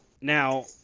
Now